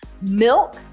milk